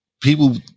people